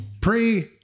pre